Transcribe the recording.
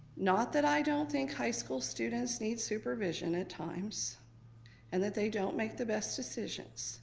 not that i don't think high school students need supervision at times and that they don't make the best decisions